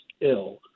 ill